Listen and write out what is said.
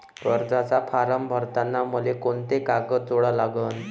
कर्जाचा फारम भरताना मले कोंते कागद जोडा लागन?